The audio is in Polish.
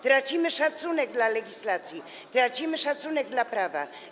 Tracimy szacunek dla legislacji, tracimy szacunek dla prawa.